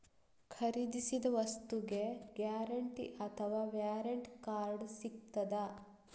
ಖರೀದಿಸಿದ ವಸ್ತುಗೆ ಗ್ಯಾರಂಟಿ ಅಥವಾ ವ್ಯಾರಂಟಿ ಕಾರ್ಡ್ ಸಿಕ್ತಾದ?